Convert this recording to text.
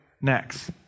next